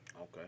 okay